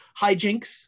hijinks